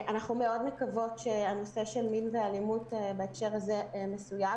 אנחנו מאוד מקוות שהנושא של מין ואלימות בהקשר הזה מסויג.